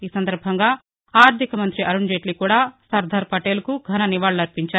ఈ సందర్భంగా ఆర్దికమంతి అరుణ్జైట్లీ కూడా సర్దార్ పటేల్కు ఘన నివాళులర్పించారు